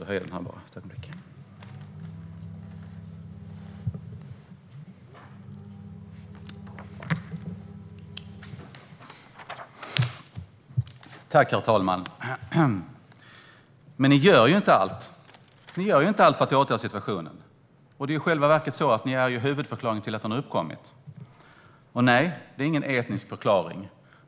Herr talman! Men ni gör ju inte allt. Ni gör inte allt för att åtgärda situationen. I själva verket är det ni som är huvudförklaringen till att den har uppkommit. Och nej, det finns ingen etnisk förklaring.